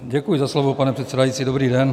Děkuji za slovo, pane předsedající, dobrý den.